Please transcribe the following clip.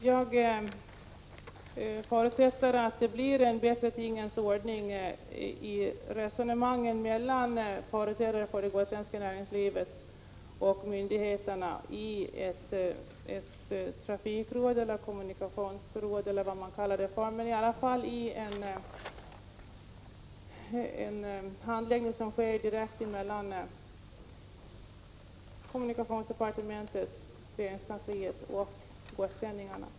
Jag förutsätter att det blir en bättre tingens ordning efter resonemangen mellan företrädare för det gotländska näringslivet och myndigheterna i ett trafikråd eller kommunikationsråd — vad man nu vill kalla det. Det måste ske en handläggning direkt mellan kommunikationsdepartementet och gotlänningarna.